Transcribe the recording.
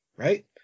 Right